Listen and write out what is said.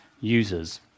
users